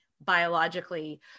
biologically